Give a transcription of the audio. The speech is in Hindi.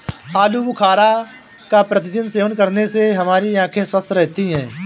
आलू बुखारा का प्रतिदिन सेवन करने से हमारी आंखें स्वस्थ रहती है